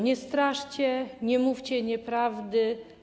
Nie straszcie, nie mówcie nieprawdy.